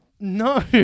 No